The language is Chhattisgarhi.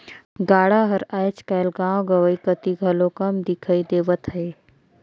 गाड़ा हर आएज काएल गाँव गंवई कती घलो कम दिखई देवत हे